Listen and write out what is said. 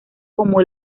como